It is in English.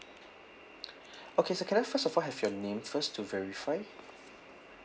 okay sir can I first of all have your name first to verify